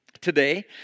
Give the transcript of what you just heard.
today